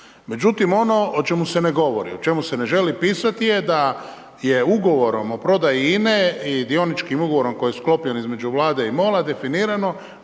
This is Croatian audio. Međutim, ono o čemu se ne govori, o čemu se ne želi pisati je da je ugovorom o prodaji INA-e i dioničkim ugovorom koji je sklopljen između Vlade i MOL-a definirano